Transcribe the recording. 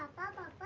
papa,